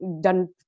done